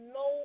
no